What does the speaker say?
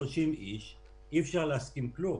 צריך להבין מה קורה פה,